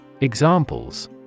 Examples